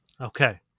Okay